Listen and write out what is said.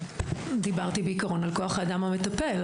דיברתי בעיקרון על כוח האדם במטפל,